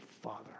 Father